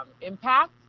impact